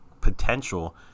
potential